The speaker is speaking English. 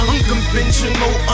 Unconventional